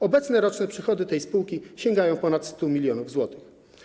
Obecne roczne przychody tej spółki sięgają ponad 100 mln zł.